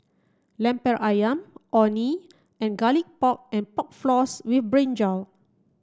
Lemper Ayam Orh Nee and garlic pork and pork floss with brinjal